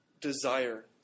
desire